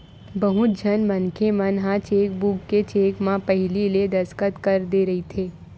बहुत झन मनखे मन ह चेकबूक के चेक म पहिली ले दस्कत कर दे रहिथे